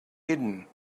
hidden